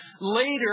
Later